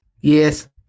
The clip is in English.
Yes